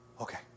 Okay